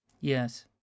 Yes